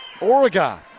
Oregon